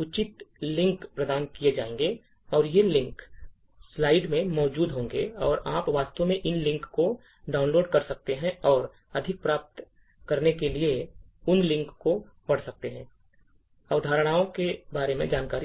उचित लिंक प्रदान किए जाएंगे और ये लिंक स्लाइड में मौजूद होंगे और आप वास्तव में इन लिंक को डाउनलोड कर सकते हैं और अधिक प्राप्त करने के लिए उन लिंक को पढ़ सकते हैं अवधारणाओं के बारे में जानकारी